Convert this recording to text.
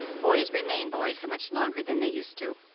boys remain boys so much longer than they used to,